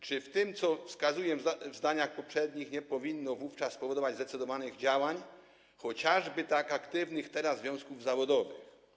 Czy to, co wskazuję w zdaniach poprzednich, nie powinno wówczas spowodować zdecydowanych działań, chociażby tak aktywnych teraz związków zawodowych?